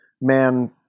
man